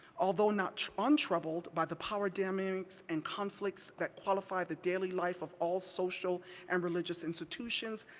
although not untroubled by the power dynamics and conflicts that qualified the daily life of all social and religious institutions,